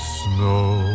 snow